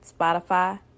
Spotify